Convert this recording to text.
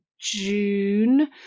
June